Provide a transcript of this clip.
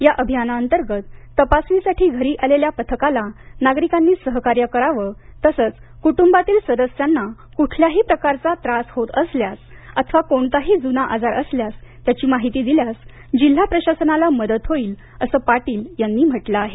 या अभियानातंगत तपासणीसाठी घरी आलेल्या पथकाला नागरीकांनी सहकार्य करावं तसच कुट्रबातील सदस्यांना कुठल्याही प्रकारचा त्रास होत असल्यास अथवा कोणताही जुना आजार असल्यास त्याची माहिती दिल्यास जिल्हा प्रशासनाला मदत होईल असं पाटील यांनी म्हटल आहे